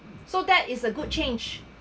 so that is a good change